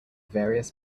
various